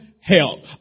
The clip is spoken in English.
help